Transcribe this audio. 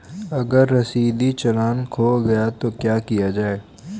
अगर रसीदी चालान खो गया तो क्या किया जाए?